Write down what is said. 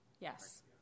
yes